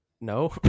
no